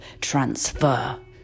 transfer